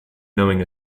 knowing